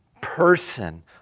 person